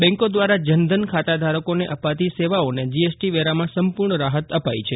બેન્કો દ્વારા જનધન ખાતાધારકોને અપાતી સેવાને જીએસટી વેરામાં સંપૂર્ણ રાહત અપાઇ છે